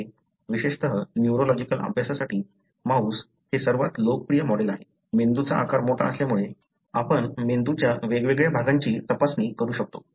विशेषतः न्यूरोलॉजिकल अभ्यासासाठी माऊस हे सर्वात लोकप्रिय मॉडेल आहे मेंदुचा आकार मोठा असल्यामुळे आपण मेंदुच्या वेगवेगळ्या भागांची तपासणी करू शकतो